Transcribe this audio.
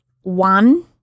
one